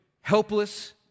helpless